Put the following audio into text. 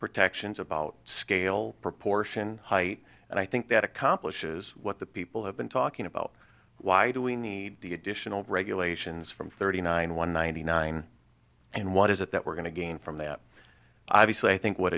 protections about scale proportion height and i think that accomplishes what the people have been talking about why do we need the additional regulations from thirty nine one ninety nine and what is it that we're going to gain from that obviously i think what